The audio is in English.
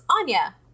Anya